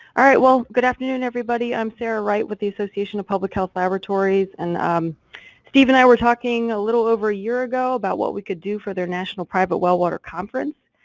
alright, well, good afternoon everybody. i'm sarah wright with the association of public health laboratories, and um steve and i were talking a little over a year ago about what we could do for their national private well water conference,